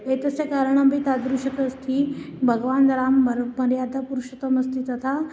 एतस्य कारणमपि तादृशः अस्ति भगवान् रामः मर् मर्यादापुरुषोत्तममस्ति तथा